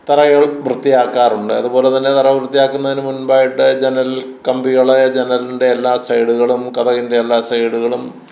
തറകൾ വൃത്തിയാക്കാറുണ്ട് അതുപോലെ തന്നെ തറ വൃത്തിയാക്കുന്നതിന് മുൻപായിട്ട് ജനൽ കമ്പികള് ജനലിൻ്റെ എല്ലാ സൈഡുകളും കതകിൻ്റെ എല്ലാ സൈഡുകളും